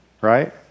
right